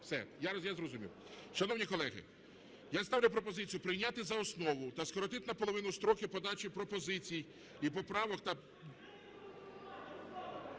Все. Я зрозумів. Шановні колеги, я ставлю пропозицію прийняти за основу та скоротити наполовину строки подачі пропозицій і поправок…